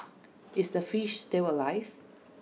is the fish still alive